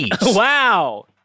Wow